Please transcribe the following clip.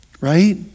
Right